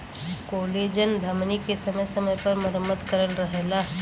collagen धमनी के समय समय पर मरम्मत करत रहला